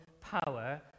power